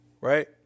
right